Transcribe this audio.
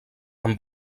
amb